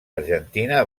argentina